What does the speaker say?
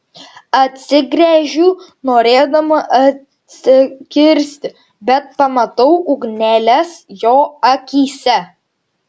atsigręžiu norėdama atsikirsti bet pamatau ugneles jo akyse